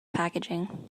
packaging